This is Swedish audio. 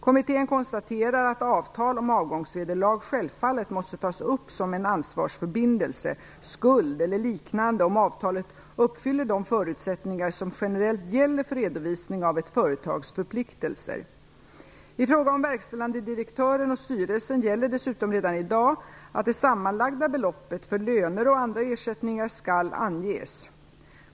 Kommittén konstaterar att avtal om avgångsvederlag självfallet måste tas upp som en ansvarsförbindelse, skuld eller liknande om avtalet uppfyller de förutsättningar som generellt gäller för redovisningen av ett företags förpliktelser. I fråga om verkställande direktören och styrelsen gäller dessutom redan i dag att det sammanlagda beloppet för löner och andra ersättningar skall anges.